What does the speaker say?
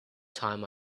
time